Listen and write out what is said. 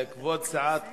כבוד סיעת קדימה,